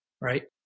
right